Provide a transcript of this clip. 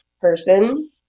person